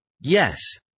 Yes